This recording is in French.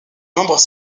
membres